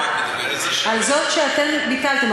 על זאת שאתם ביטלם,